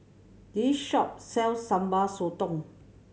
this shop sells Sambal Sotong